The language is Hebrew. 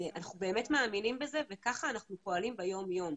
אנחנו באמת מאמינים בזה וככה אנחנו פועלים ביום-יום,